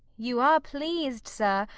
you are pleased, sir,